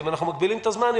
אם אנחנו מגבילים את הזמן,